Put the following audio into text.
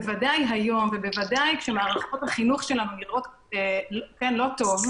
בוודאי היום ובוודאי כשמערכות החינוך שלנו נראות לא טוב,